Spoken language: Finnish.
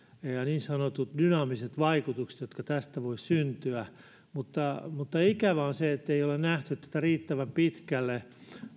ja ja niin sanotut dynaamiset vaikutukset jotka tästä voivat syntyä mutta mutta ikävää on se että ei olla nähty tätä riittävän pitkälle